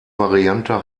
variante